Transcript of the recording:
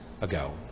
ago